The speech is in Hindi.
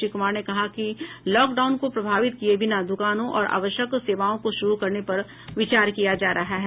श्री कुमार ने कहा कि लॉकडाउन को प्रभावित किये बिना दुकानों और आवश्यक सेवाओं को शुरू करने पर विचार किया जा रहा है